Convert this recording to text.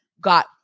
got